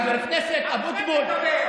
חבר הכנסת אבוטבול,